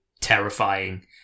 terrifying